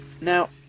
Now